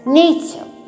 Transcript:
nature